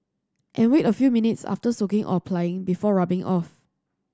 and wait a few minutes after soaking or applying before rubbing off